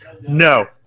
No